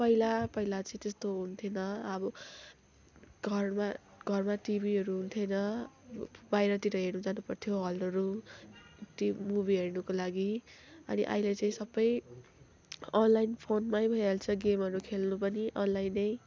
पहिला पहिला चाहिँ त्यस्तो हुन्थेन अब घरमा घरमा टिभीहरू हुन्थेन बाहिरतिर हेर्नु जानु पर्थ्यो हलहरू टिभी मुभी हेर्नुको लागि अनि अहिले चाहिँ सबै अनलाइन फोनमै भइहाल्छ गेमहरू खेल्नु पनि अनलाइनै